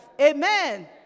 Amen